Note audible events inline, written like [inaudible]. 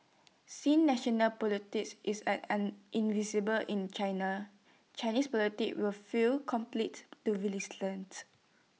since national [unintelligible] is as irresistible in China Chinese [unintelligible] will feel compelted to retaliate